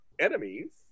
enemies